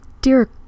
Dear